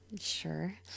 sure